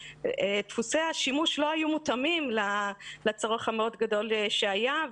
דפוסי השימוש לא היו מותאמים לצורך המאוד גדול שהיה.